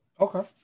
Okay